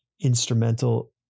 instrumental